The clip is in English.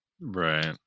right